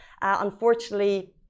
Unfortunately